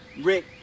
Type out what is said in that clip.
Rick